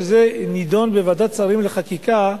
כשזה נדון בוועדת שרים לחקיקה,